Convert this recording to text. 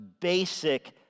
basic